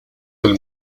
del